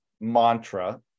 mantra